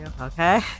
Okay